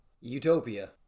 Utopia